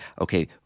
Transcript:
okay